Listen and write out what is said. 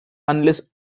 unless